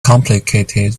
complicated